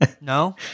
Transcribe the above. No